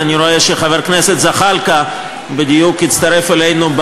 אני רואה שחבר הכנסת זחאלקה בדיוק הצטרף אלינו,